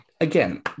Again